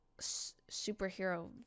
superhero